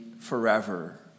forever